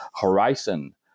horizon